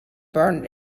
burn